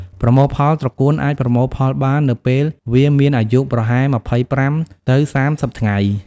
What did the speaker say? ប្រមូលផលត្រកួនអាចប្រមូលផលបាននៅពេលវាមានអាយុប្រហែល ២៥ ទៅ ៣០ ថ្ងៃ។